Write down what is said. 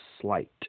Slight